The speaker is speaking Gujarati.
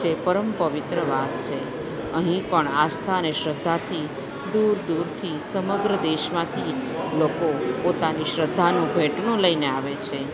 જે પરમ પવિત્ર વાસ છે અહીં પણ આસ્થા અને શ્રદ્ધાથી દૂર દૂરથી સમગ્ર દેશમાંથી લોકો પોતાની શ્રદ્ધાનું ભેંટણું લઈને આવે છે